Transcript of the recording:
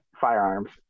firearms